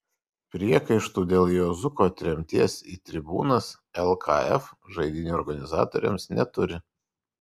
priekaištų dėl juozuko tremties į tribūnas lkf žaidynių organizatoriams neturi